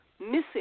missing